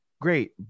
great